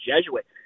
Jesuit